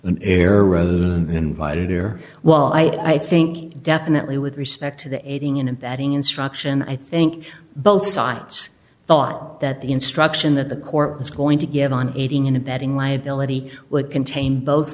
than invited here well i think definitely with respect to the aiding and abetting instruction i think both sides thought that the instruction that the court was going to give on aiding and abetting liability would contain both